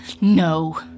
no